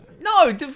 No